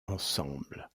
ensemble